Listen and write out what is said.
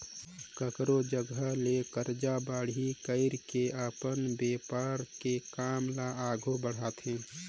कखरो जघा ले करजा बाड़ही कइर के अपन बेपार के काम ल आघु बड़हाथे